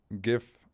give